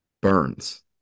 Burns